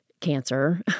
cancer